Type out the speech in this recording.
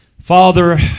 Father